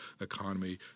economy